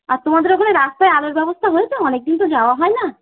আর তোমাদের ওখানে রাস্তায় আলোর ব্যবস্থা হয়েছে অনেক দিন তো যাওয়া হয় না